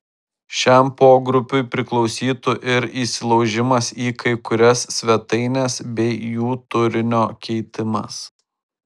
šiam pogrupiui priklausytų ir įsilaužimas į kai kurias svetaines bei jų turinio keitimas